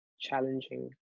challenging